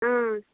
ఆ